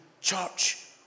Church